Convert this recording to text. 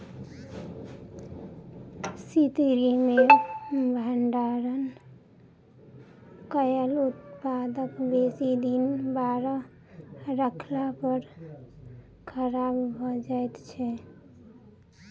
शीतगृह मे भंडारण कयल उत्पाद बेसी दिन बाहर रखला पर खराब भ जाइत छै